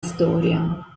storia